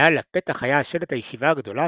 מעל לפתח היה השלט "הישיבה הגדולה,